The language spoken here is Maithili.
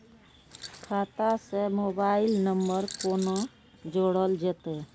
खाता से मोबाइल नंबर कोना जोरल जेते?